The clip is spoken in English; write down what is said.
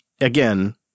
again